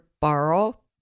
borrow